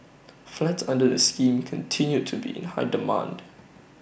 flats under the scheme continue to be in high demand